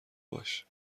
باش